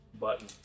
button